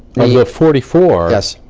the forty four,